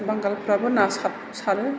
बांगालफ्राबो ना सार सारो